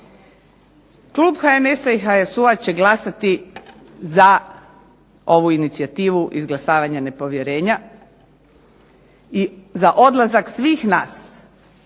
Klub HNS-a i HSU-a će glasati za ovu inicijativu izglasavanja nepovjerenja i za odlazak svih nas